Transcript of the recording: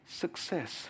success